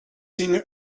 seen